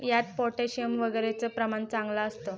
यात पोटॅशियम वगैरेचं प्रमाण चांगलं असतं